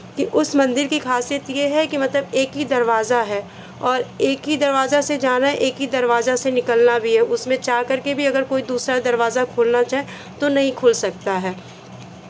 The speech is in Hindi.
कि उस मंदिर की खासियत ये है कि मतलब एक ही दरवाज़ा है और एक ही दरवाजा से जाना है एक ही दरवाजा से निकलना भी है उसमें चाहकर के भी अगर कोई दूसरा दरवाज़ा खोलना चाहे तो नहीं खोल सकता है